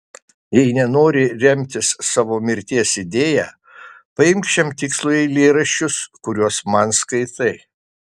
jei nenori remtis savo mirties idėja paimk šiam tikslui eilėraščius kuriuos man skaitai